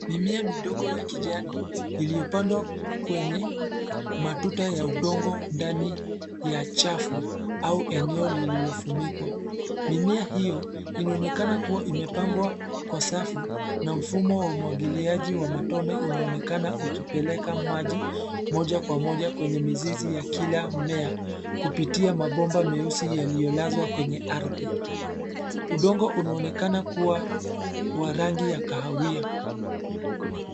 Mimea kidogo ya kijani, iliyopandwa, kwenye, matuta ya udongo ndani, ya chafu, au eneo lililofunikwa, mimea hiyo, inaonekana kuwa imepangwa, kwa safu, na mfumo wa umwagiliaji wa matone unaonekana ukipeleka maji, moja kwa moja kwenye mizizi ya kila mmea, kupitia mabomba meusi yaliyolazwa kwenye ardhi, udongo unaonekana kuwa, wa rangi ya kahawia.